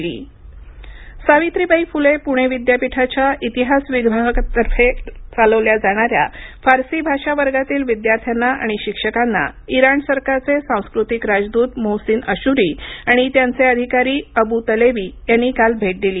प्णे विद्यापीठ इतिहास विभाग सावित्रबाई फुले प्णे विद्यापीठाच्या इतिहास विभागातर्फे चालवल्या जाणाऱ्या फारसी भाषा वर्गातील विद्यार्थ्यांना आणि शिक्षकांना इराण सरकारचे सांस्कृतिक राजद्त मोहसिन अश्री आणि त्यांचे अधिकारी अबू तलेबी यांनी काल भेट दिली